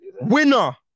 winner